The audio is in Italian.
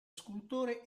scultore